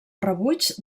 rebuig